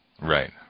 Right